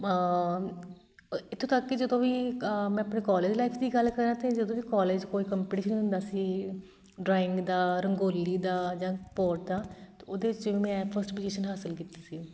ਇੱਥੋਂ ਤੱਕ ਕਿ ਜਦੋਂ ਵੀ ਮੈਂ ਆਪਣੇ ਕੋਲਜ ਲਾਈਫ ਦੀ ਗੱਲ ਕਰਾਂ ਤਾਂ ਜਦੋਂ ਵੀ ਕਾਲਜ 'ਚ ਕੋਈ ਕੰਪਟੀਸ਼ਨ ਹੁੰਦਾ ਸੀ ਡਰਾਇੰਗ ਦਾ ਰੰਗੋਲੀ ਦਾ ਜਾਂ ਪੋਟ ਦਾ ਤਾਂ ਉਹਦੇ 'ਚ ਮੈਂ ਫਸਟ ਪੁਜ਼ੀਸ਼ਨ ਹਾਸਲ ਕੀਤੀ ਸੀ